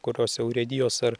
kuriose urėdijos ar